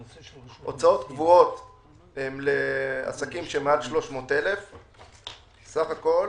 הוצאות קבועות הן לעסקים של מעל 300,000. סך הכול